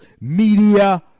media